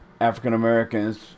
African-Americans